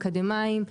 אקדמאים,